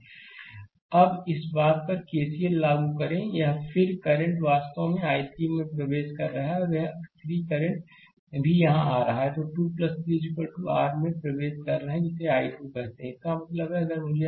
slide समय देखें 2950 अब इस बात पर केसीएल लागू करें फिर यहकरंट वास्तव में इस I3 में प्रवेश कर रहा है और यह 3 करंट भी यहां आ रहा है 2 3 r में प्रवेश कर रहे हैं जिसे I2 कहते हैं इसलिए इसका मतलब है अगर मुझे